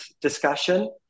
discussion